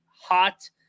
hot